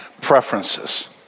preferences